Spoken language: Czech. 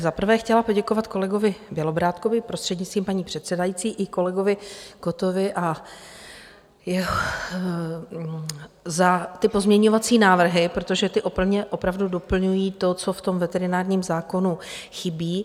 Za prvé bych chtěl poděkovat kolegovi Bělobrádkovi, prostřednictvím paní předsedající, i kolegovi Kottovi za pozměňovací návrhy, protože ty opravdu doplňují, co v tom veterinárním zákonu chybí.